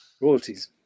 royalties